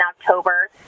October